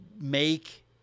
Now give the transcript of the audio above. make